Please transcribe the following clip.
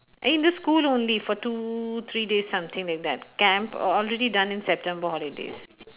in the school only for two three days something like that camp al~ already done in september holidays